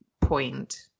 point